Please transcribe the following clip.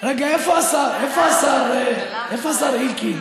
רגע, איפה השר אלקין,